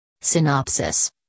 Synopsis